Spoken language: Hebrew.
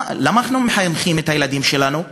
למה אנחנו מחנכים את הילדים שלנו?